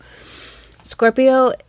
Scorpio